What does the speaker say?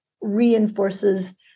reinforces